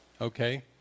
Okay